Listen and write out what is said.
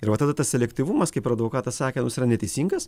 ir va tada tas selektyvumas kaip ir advokatas sakė jis yra neteisingas